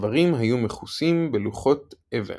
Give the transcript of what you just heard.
הקברים היו מכוסים בלוחות אבן.